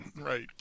right